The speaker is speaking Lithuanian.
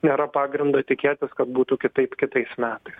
nėra pagrindo tikėtis kad būtų kitaip kitais metais